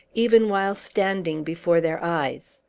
even while standing before their eyes.